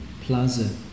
plaza